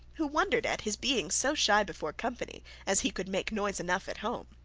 who wondered at his being so shy before company, as he could make noise enough at home.